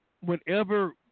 whenever